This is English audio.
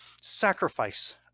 sacrifice